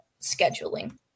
scheduling